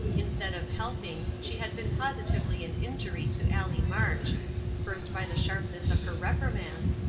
instead of helping, she had been positively an injury to allie march first by the sharpness of her reprimands,